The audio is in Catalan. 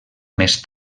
més